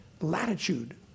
latitude